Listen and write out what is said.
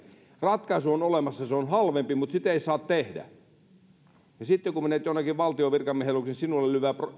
ratkaisu on olemassa se on halvempi mutta sitä ei saa tehdä ja sitten kun menet jonnekin valtion virkamiehen luokse sinulle lyödään